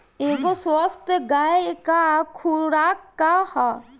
एगो स्वस्थ गाय क खुराक का ह?